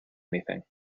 anything